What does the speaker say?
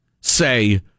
say